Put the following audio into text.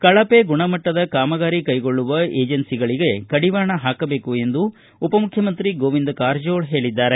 ಕಳಪೆ ಗುಣಮಟ್ಟದ ಕಾಮಗಾರಿಗಳನ್ನು ಕೈಗೊಳ್ಳುವ ಏಜೆನ್ಸಿ ಸಂಸ್ವೆಗಳಿಗೆ ಕಡಿವಾಣ ಹಾಕಬೇಕು ಎಂದು ಉಪಮುಖ್ಯಮಂತ್ರಿ ಗೋವಿಂದ ಕಾರಜೋಳ ಹೇಳಿದ್ದಾರೆ